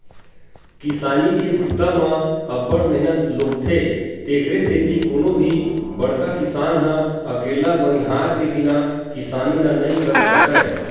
किसानी के बूता म अब्ब्ड़ मेहनत लोगथे तेकरे सेती कोनो भी बड़का किसान ह अकेल्ला बनिहार के बिना किसानी ल नइ कर सकय